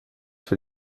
für